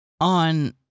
on